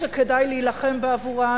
שכדאי להילחם בעבורה,